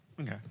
Okay